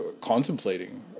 contemplating